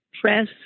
press